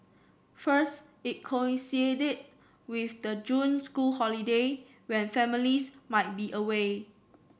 first it coincided with the June school holiday when families might be away